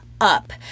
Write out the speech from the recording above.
up